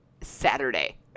Saturday